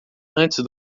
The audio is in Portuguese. antes